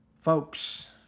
folks